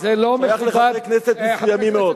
ערוץ-99 שייך לחברי כנסת מסוימים מאוד.